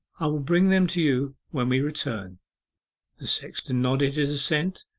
i will bring them to you when we return the sexton nodded his assent,